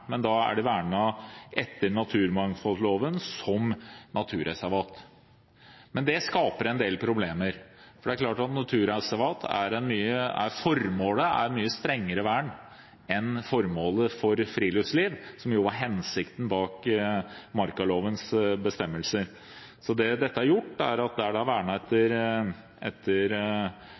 men da er de vernet etter naturmangfoldloven, som naturreservat. Men det skaper en del problemer, for det er klart at med naturreservat er formålet et mye strengere vern enn med formålet for friluftsliv, som jo var hensikten bak markalovens bestemmelser. Det dette har gjort, er at der det er vernet etter naturmangfoldloven, har det